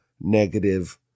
negative